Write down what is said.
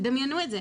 תדמיינו את זה,